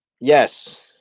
yes